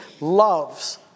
loves